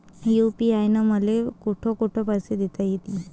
UPI न मले कोठ कोठ पैसे देता येईन?